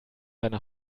seine